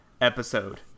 episode